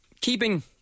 keeping